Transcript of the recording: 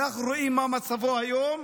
ואנחנו רואים מה מצבו היום,